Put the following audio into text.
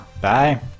bye